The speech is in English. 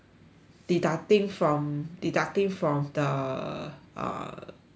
deducting from deducting from the uh budget